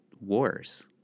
wars